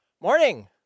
Morning